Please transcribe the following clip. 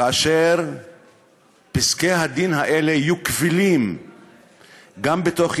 כאשר פסקי-הדין האלה יהיו קבילים גם בתוך ישראל,